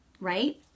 right